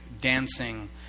dancing